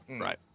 Right